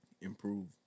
improve